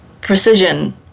precision